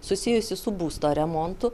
susijusių su būsto remontu